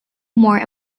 more